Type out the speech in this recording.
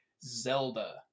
Zelda